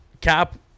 Cap